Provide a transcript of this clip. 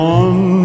one